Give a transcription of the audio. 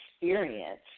experience